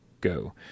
Go